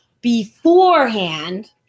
beforehand